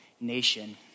nation